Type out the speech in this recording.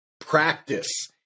practice